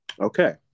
Okay